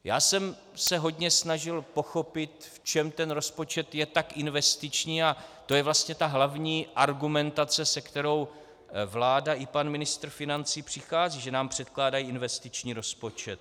Já jsem se hodně snažil pochopit, v čem ten rozpočet je tak investiční, a to je vlastně ta hlavní argumentace, se kterou vláda i pan ministr financí přichází že nám předkládá investiční rozpočet.